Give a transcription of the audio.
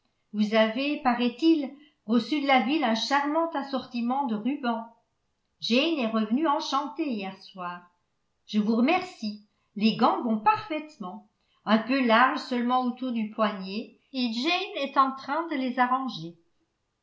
vous avez paraît-il reçu de la ville un charmant assortiment de rubans jane est revenue enchantée hier soir je vous remercie les gants vont parfaitement un peu larges seulement autour du poignet et jane est en train de les arranger